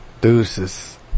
Deuces